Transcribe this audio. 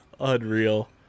Unreal